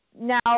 now